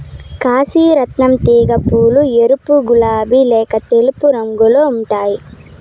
కాశీ రత్నం తీగ పూలు ఎరుపు, గులాబి లేక తెలుపు రంగులో ఉంటాయి